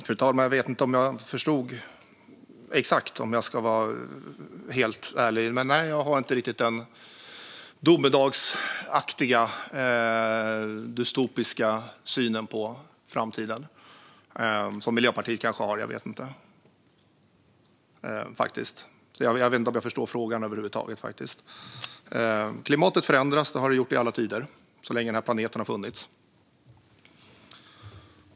Fru talman! Om jag ska vara helt ärlig vet jag inte om jag förstår frågan. Men nej, jag har inte den domedagsaktiga och dystopiska synen på framtiden som Miljöpartiet kanske har. Som sagt, jag vet inte om jag förstår frågan. Klimatet förändras. Det har det gjort i alla tider så länge denna planet har funnits.